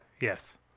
Yes